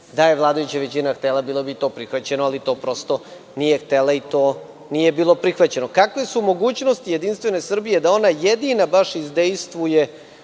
da je vladajuća većina htela, bilo bi i to prihvaćeno, ali to prosto nije htela i to nije bilo prihvaćeno. Kakve su mogućnosti Jedinstvene Srbije da ona jedina baš izdejstvuje